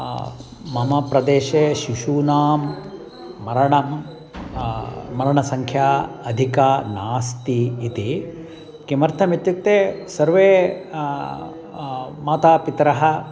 मम प्रदेशे शिशूनां मरणं मरणसङ्ख्या अधिका नास्ति इति किमर्थम् इत्युक्ते सर्वे मातापितरौ